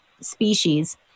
species